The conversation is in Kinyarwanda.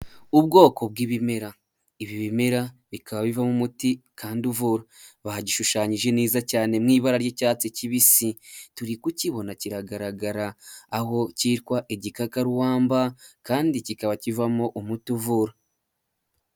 Ubwoko bw'ibimera ibi bimera bikaba bivamo umuti kandi uvura bagishushanyije neza cyane mu ibara ry'icyatsi kibisi turi kukibona kiragaragara aho cyitwa igikakarumba kandi kikaba kivamo umuti uvura.